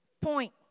Point